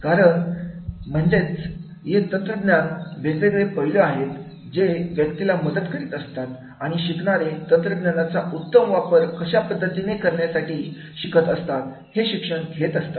या कारणामुळे म्हणजेच तंत्रज्ञानाला वेगवेगळे पैलू आहेत जे व्यक्तीला मदत करीत असतात आणि शिकणारे तंत्रज्ञानाचा उत्तम वापर कशा पद्धतीने शिकण्यासाठी करीत असतात आणि शिक्षण घेत असत